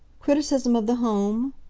criticism of the home?